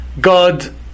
God